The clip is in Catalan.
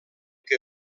que